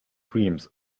dreams